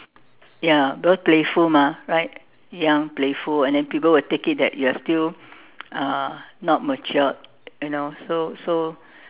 ya because playful mah right young playful and then people will take it that you are still uh not matured you know so so